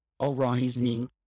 arising